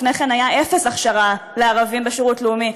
לפני כן היה אפס הכשרה לערבים בשירות לאומי,